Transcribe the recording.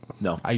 No